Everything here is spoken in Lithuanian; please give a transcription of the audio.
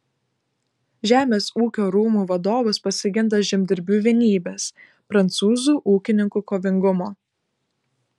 žemės ūkio rūmų vadovas pasigenda žemdirbių vienybės prancūzų ūkininkų kovingumo